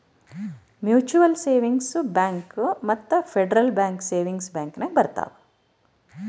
mutual savings bank ಮತ್ತ federal bank savings bank ನಾಗ್ ಬರ್ತಾವ್